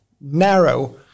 narrow